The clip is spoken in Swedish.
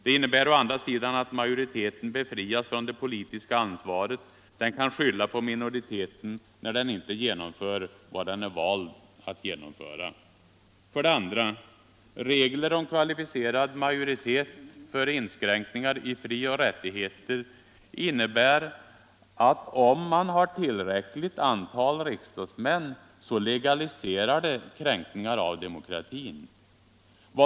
De innebär å andra sidan att majoriteten befrias från det politiska ansvaret: den kan skylla på minoriteten när den inte genomför vad den är vald till att genomföra. För det andra: Regler om kvalificerad majoritet för inskränkningar i frioch rättigheter innebär att bara man har tillräckligt antal riksdagsmän som anhängare så kan kränkningar av demokratin legaliseras.